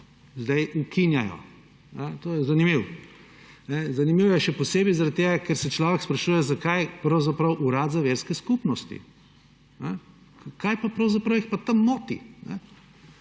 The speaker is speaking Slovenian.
zdaj ukinjajo. To je zanimivo. Zanimivo je še posebej zaradi tega, ker se človek sprašuje, zakaj pravzaprav Urad za verske skupnosti. Kaj pravzaprav jih pa tam moti?